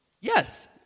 Yes